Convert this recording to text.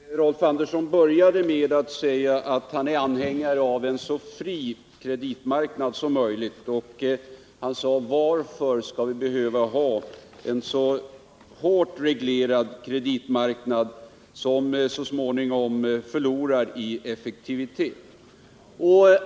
Herr talman! Rolf Andersson började med att säga att han är anhängare av en så fri kreditmarknad som möjligt, och han frågade: Varför skall vi behöva ha en så hårt reglerad kreditmarknad, som så småningom förlorar i effektivitet?